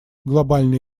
глобальный